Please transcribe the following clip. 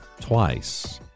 twice